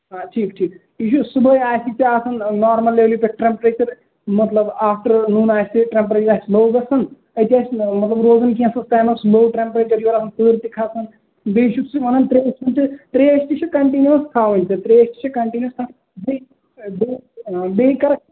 آ ٹھیٖک ٹھیٖک یہِ چھُ صُبحٲے آسہِ ژےٚ آسان نارمَل لیولہِ پٮ۪ٹھ ٹیٚمپیچر مطلب آفٹرنوٗن آسہِ ٹیٚمپیچر آسہِ لوٚو گَژھان أتی آسہِ روزان کینٛژھس ٹایمَس لوٚو ٹیٚمیچر یورٕ آسان تٍرٕ تہِ کھسان بیٚیہِ چھُکھ ژٕ وَنان ترٛیشہِ ہُنٛد تہِ ترٛیش تہِ چھِ کَنٹِنیٛوٗوَس تھاوٕنۍ تہٕ ترٛیش تہِ چھِ کَنٹِنیٛوٗوَس تھاوٕنۍ بیٚیہِ بیٚیہِ بیٚیہِ کَرکھ ژٕ